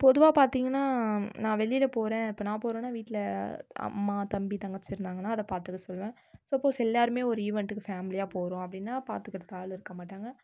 பொதுவாக பார்த்தீங்கன்னா நான் வெளியில் போகிறேன் இப்போது நான் போகிறேன்னா வீட்டில் அம்மா தம்பி தங்கச்சி இருந்தாங்கன்னா அதை பார்த்துக்க சொல்வேன் சப்போஸ் எல்லோருமே ஒரு ஈவெண்ட்டுக்கு ஃபேமிலியாக போகிறோம் அப்படின்னா பாத்துக்கிறதுக்கு ஆள் இருக்க மாட்டாங்க